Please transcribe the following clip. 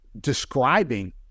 describing